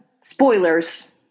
Spoilers